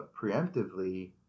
preemptively